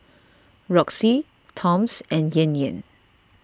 Roxy Toms and Yan Yan